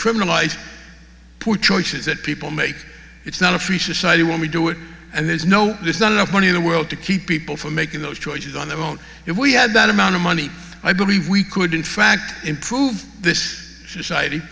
criminalize poor choices that people make it's not free society when we do it and there's no there's not enough money in the world to keep people from making those choices on their own if we had that amount of money i believe we could in fact improve this